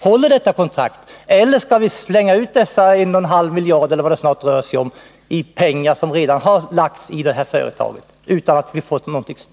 Håller detta kontrakt eller skall vi slänga ut denna summa, 1,5 miljarder eller vad det snart rör sig om i pengar, som redan har satsats i det här företaget, utan att vi fått